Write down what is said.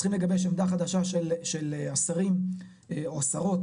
צריכים לגבש עמדה חדשה של השרים או שרות